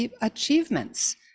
achievements